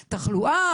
תחלואה,